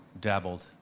dabbled